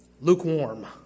lukewarm